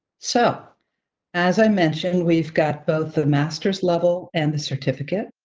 so as i mentioned, we've got both the master's level and the certificate.